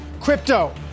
crypto